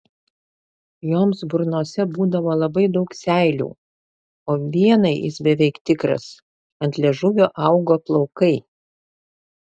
joms burnose būdavo labai daug seilių o vienai jis beveik tikras ant liežuvio augo plaukai